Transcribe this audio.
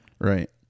Right